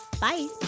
Bye